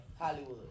Hollywood